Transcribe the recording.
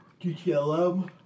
GTLM